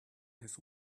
his